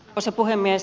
arvoisa puhemies